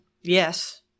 Yes